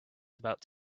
about